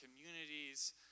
communities